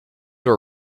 were